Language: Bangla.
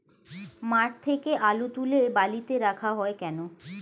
মাঠ থেকে আলু তুলে বালিতে রাখা হয় কেন?